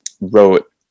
wrote